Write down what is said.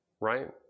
right